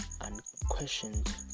unquestioned